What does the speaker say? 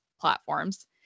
platforms